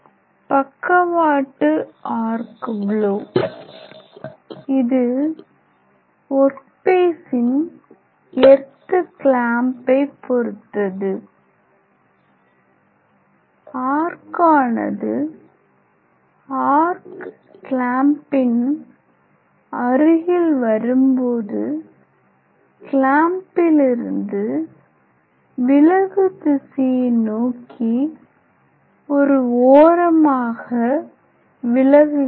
பக்கவாட்டு arc blow இது work பீசின் எர்த் க்லேம்பை பொறுத்தது ஆர்க் ஆனது ஆர்க் க்லேம்பின் அருகில் வரும்போது க்ளாம்பிலிருந்து விலகு திசையை நோக்கி ஒரு ஓரமாக விலகுகிறது